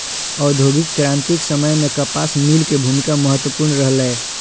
औद्योगिक क्रांतिक समय मे कपास मिल के भूमिका महत्वपूर्ण रहलै